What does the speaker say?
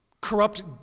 corrupt